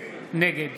נגד